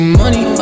money